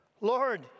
Lord